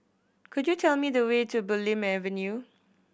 could you tell me the way to Bulim Avenue